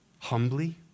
Humbly